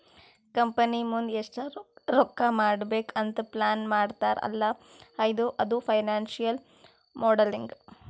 company ಮುಂದ್ ಎಷ್ಟ ರೊಕ್ಕಾ ಮಾಡ್ಬೇಕ್ ಅಂತ್ ಪ್ಲಾನ್ ಮಾಡ್ತಾರ್ ಅಲ್ಲಾ ಅದು ಫೈನಾನ್ಸಿಯಲ್ ಮೋಡಲಿಂಗ್